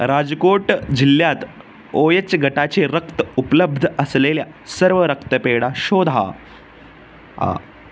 राजकोट जिल्ह्यात O H गटाचे रक्त उपलब्ध असलेल्या सर्व रक्तपेढ्या शोधा